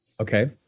Okay